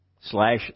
slash